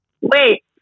wait